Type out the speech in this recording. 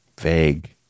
vague